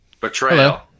Betrayal